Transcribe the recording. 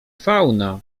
fauna